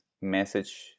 message